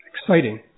Exciting